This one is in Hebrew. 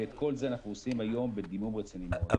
ואת כל זה אנחנו עושים היום בדימום רציני מאוד.